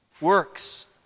Works